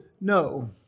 no